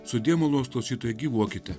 sudie malonūs klausytojai gyvuokite